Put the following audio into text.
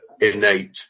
innate